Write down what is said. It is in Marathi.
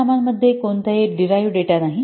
परिणामांमध्ये कोणताही डीराइव्ह डेटा नाही